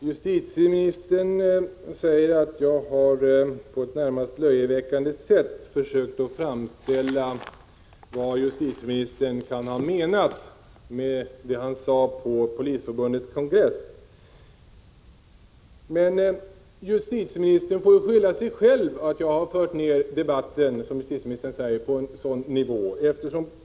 Herr talman! Justitieministern säger att jag på ett närmast löjeväckande sätt försökt framställa vad justitieministern kan ha menat med det han sade på Polisförbundets kongress. Men justitieministern får skylla sig själv om jag — som justitieministern säger — har fört ned debatten på denna nivå.